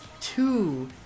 two